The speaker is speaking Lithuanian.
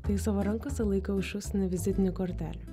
kai savo rankose laikau šūsnį vizitinių kortelių